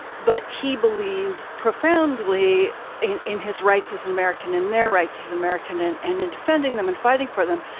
but he believes profoundly in in his rights as an american and their rights as an american. and and in defending them and fighting for them.